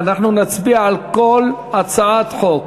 כדלהלן: אנחנו נצביע על כל הצעת חוק